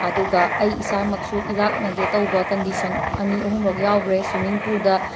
ꯑꯗꯨꯒ ꯑꯩ ꯏꯁꯥꯃꯛꯁꯨ ꯏꯔꯥꯛꯅꯒꯦ ꯇꯧꯕ ꯀꯟꯗꯤꯁꯟ ꯑꯅꯤ ꯑꯍꯨꯝꯔꯛ ꯌꯥꯎꯒ꯭ꯔꯦ ꯁ꯭ꯋꯤꯃꯤꯡ ꯄꯨꯜꯗ